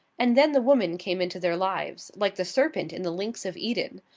and then the woman came into their lives, like the serpent in the links of eden,